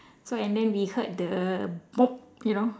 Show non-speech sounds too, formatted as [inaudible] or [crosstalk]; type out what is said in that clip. so and then we heard the [noise] you know